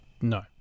No